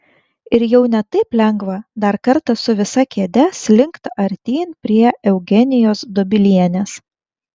ir jau ne taip lengva dar kartą su visa kėde slinkt artyn prie eugenijos dobilienės